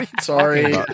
sorry